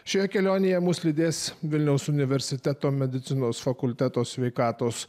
šioje kelionėje mus lydės vilniaus universiteto medicinos fakulteto sveikatos